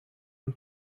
اون